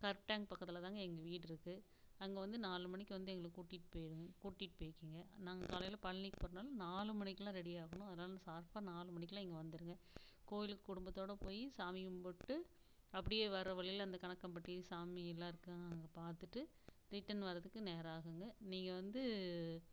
கருப்பு டேங்கு பக்கத்தில் தாங்க எங்கள் வீடு இருக்கு அங்கே வந்து நாலு மணிக்கு வந்து எங்களை கூட்டிகிட்டு போய்டுங்க கூட்டிகிட்டு போய்ட்டுங்க நாங்கள் காலையில் பழனிக்கு போகிறதுனால நாலு மணிக்கெல்லாம் ரெடி ஆகணும் அதனால ஷார்ப்பா நாலு மணிக்கெல்லாம் இங்கே வந்துவிடுங்க கோவிலுக்கு குடும்பத்தோடு போய் சாமி கும்பிட்டு அப்படியே வர்ற வழியில் அந்த கனக்கம்பட்டி சாமி எல்லாம் இருக்காங்க அங்கே பார்த்துட்டு ரிட்டன் வர்றதுக்கு நேரமாகுங்க நீங்கள் வந்து